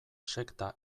sekta